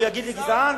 שר גזען.